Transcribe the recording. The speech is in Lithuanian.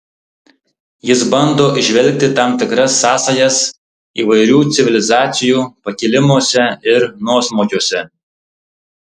jis bando įžvelgti tam tikras sąsajas įvairių civilizacijų pakilimuose ir nuosmukiuose